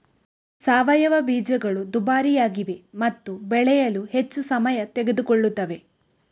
ಸಾವಯವ ಬೀಜಗಳು ದುಬಾರಿಯಾಗಿವೆ ಮತ್ತು ಬೆಳೆಯಲು ಹೆಚ್ಚು ಸಮಯ ತೆಗೆದುಕೊಳ್ಳುತ್ತವೆ